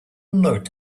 note